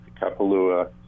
Kapalua